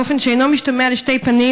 באופן שאינו משתמע לשתי פנים,